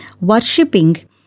worshipping